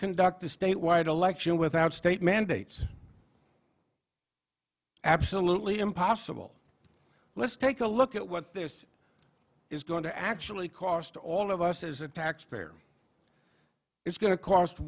conduct a statewide election without state mandates absolutely impossible let's take a look at what this is going to actually cost all of us as a taxpayer it's going to cost